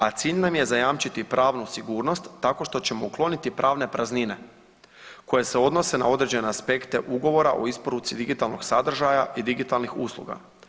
A cilj nam je zajamčiti pravnu sigurnost tako što ćemo ukloniti pravne praznine, koje se odnose na određene aspekte ugovora o isporuci digitalnog sadržaja i digitalnih usluga.